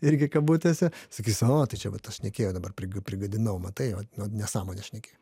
irgi kabutėse sakys o tai čia va tas šnekėjo dabar prigadinau matai vat nesąmones šneki